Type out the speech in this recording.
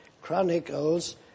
Chronicles